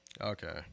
Okay